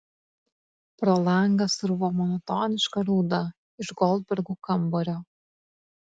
pro langą sruvo monotoniška rauda iš goldbergų kambario